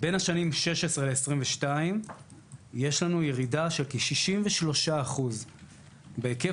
בין השנים 2016 ל-2022 יש לנו ירידה של כ-63% בהיקף